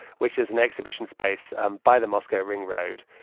which is an exhibition space by the moscow ring road.